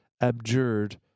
abjured